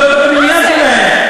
זאת הפנימייה שלהן.